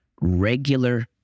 regular